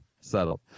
settled